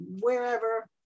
wherever